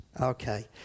Okay